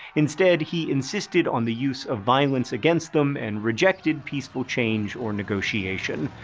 instead, he insisted on the use of violence against them and rejected peaceful change or negotiation.